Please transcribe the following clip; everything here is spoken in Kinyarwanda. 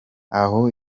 aho